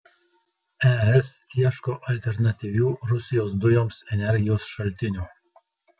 es ieško alternatyvių rusijos dujoms energijos šaltinių